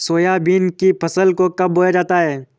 Soybean की फसल को कब बोया जाता है?